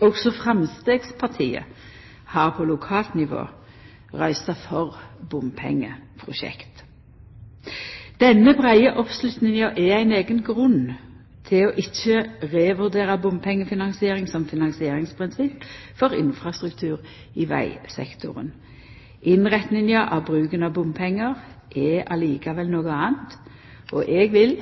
Også Framstegspartiet har på lokalt nivå røysta for bompengeprosjekt. Denne breie oppslutninga er ein eigen grunn til ikkje å revurdera bompengefinansiering som finansieringsprinsipp for infrastruktur i vegsektoren. Innretninga av bruken av bompengar er likevel noko anna, og eg vil